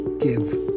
give